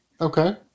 Okay